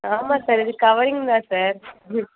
ஆமாம் சார் இது கவரிங் தான் சார் ம்